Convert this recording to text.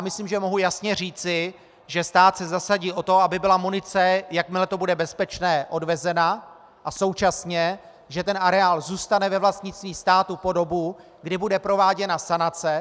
Myslím, že mohu jasně říci, že stát se zasadí o to, aby byla munice, jakmile to bude bezpečné, odvezena, a současně že areál zůstane ve vlastnictví státu po dobu, kdy bude prováděna sanace.